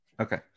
Okay